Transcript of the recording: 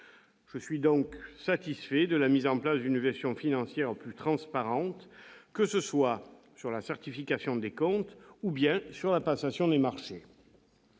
Je suis donc satisfait de la mise en place d'une gestion financière plus transparente, qu'elle concerne la certification des comptes ou la passation des marchés.